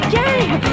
game